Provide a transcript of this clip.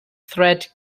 threat